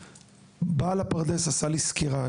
ובעל הפרדס עשה לי סקירה,